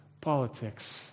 politics